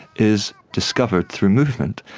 is discovered through movement.